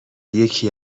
یکی